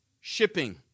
shipping